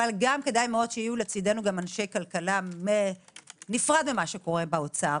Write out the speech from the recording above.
גם כדאי שיהיו לצדנו אנשי כלכלה נפרד למה שקורה באוצר.